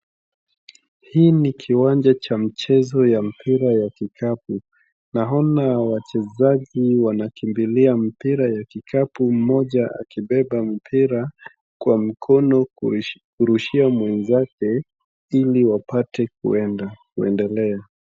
Hii ni kiwanja cha mchezo ya mpira ya kikapu. Naona wachezaji wanakimbilia mpira ya kikapu mmoja akibeba mpira kwa mkono kurushia mwenzake ili wapate kuendelea.